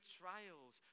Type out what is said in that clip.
trials